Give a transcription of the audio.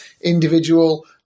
individual